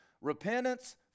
repentance